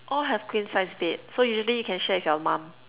all have queen size bed so usually you can share with your mum